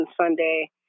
Sunday